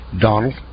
Donald